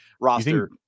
roster